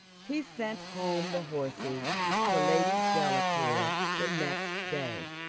he sent home the horses to lady delacour the next day,